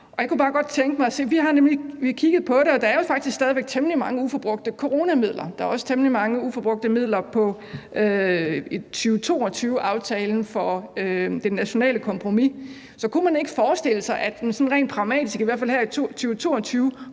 Vi har kigget på det, og der er jo faktisk stadig temmelig mange uforbrugte coronamidler. Der er også temmelig mange uforbrugte midler i 2022-aftalen for det nationale kompromis. Så kunne man ikke forestille sig, at man sådan rent pragmatisk i